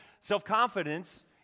Self-confidence